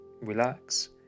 relax